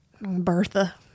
Bertha